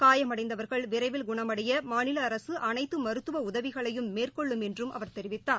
காயமடைந்தவர்கள் விரைவில் குணமடைய மாநில அரசு அனைத்து மருத்துவ உதவிகளையும் மேற்கொள்ளும் என்று அவர் தெரிவித்தார்